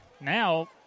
Now